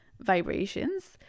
vibrations